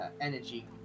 energy